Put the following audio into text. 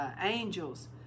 Angels